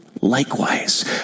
likewise